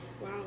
Wow